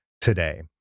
today